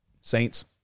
Saints